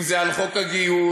אם על חוק הגיוס,